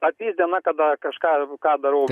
ateis diena kada kažką ką darau